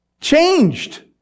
changed